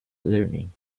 learning